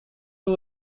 who